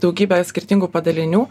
daugybė skirtingų padalinių